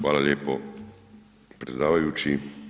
Hvala lijepo predsjedavajući.